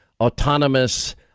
Autonomous